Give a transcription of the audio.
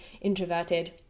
introverted